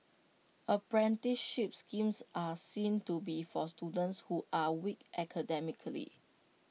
apprenticeship schemes are seen to be for students who are weak academically